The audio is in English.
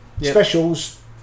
Specials